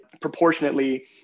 proportionately